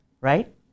right